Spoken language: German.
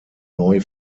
neu